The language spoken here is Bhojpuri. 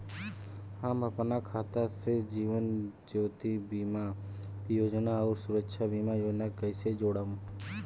हम अपना खाता से जीवन ज्योति बीमा योजना आउर सुरक्षा बीमा योजना के कैसे जोड़म?